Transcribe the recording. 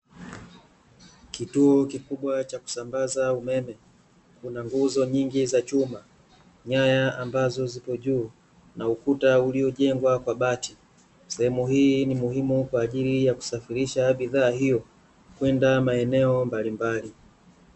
Kituo kikubwa cha kusambaza umeme, kuna nguzo nyingi za chuma, nyaya ambazo zipo juu, na ukuta uliojengwa kwa bati, sehemu hii ni muhimu kwaajili ya kusafirisha bidhaa hiyo, kwenda maeneo mbalimbali.